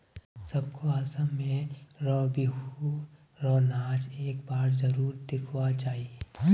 सबको असम में र बिहु र नाच एक बार जरुर दिखवा चाहि